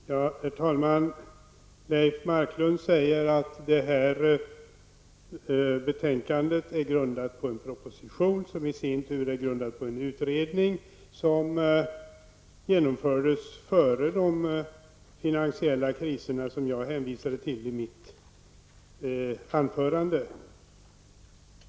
Herr talman! Leif Marklund säger att detta betänkande är grundat på en proposition och att denna i sin tur är grundad på en utredning, som genomfördes före de finansiella kriser som jag hänvisade till i mitt anförande.